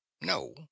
No